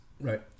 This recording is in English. right